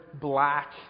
black